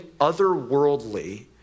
otherworldly